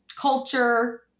culture